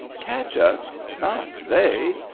catch us! not they!